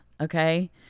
Okay